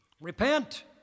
Repent